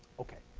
ok.